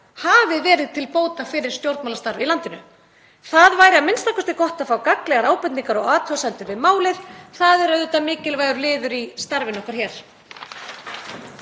hafi verið til bóta fyrir stjórnmálastarf í landinu. Það væri a.m.k. gott að fá gagnlegar ábendingar og athugasemdir við málið. Það er auðvitað mikilvægur liður í starfi okkar hér.